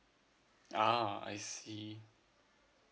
ah I see